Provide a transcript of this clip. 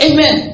Amen